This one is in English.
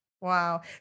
Wow